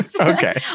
Okay